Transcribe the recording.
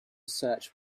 search